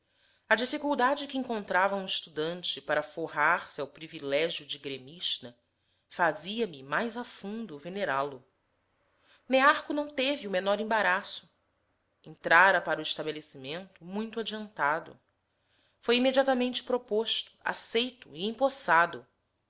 a dificuldade que encontrava um estudante para forrar se ao privilégio de gremista fazia-me mais a fundo venerá lo nearco não teve o menor embaraço entrara para o estabelecimento muito adiantado foi imediatamente proposto aceito e empossado